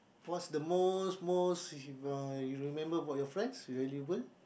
what's the most most you you remember what's your friend you have even